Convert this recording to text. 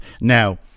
Now